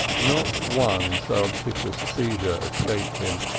not one surreptitious seizure escaped him,